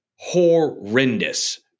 Horrendous